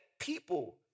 People